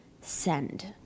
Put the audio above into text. send